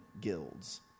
guilds